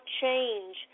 change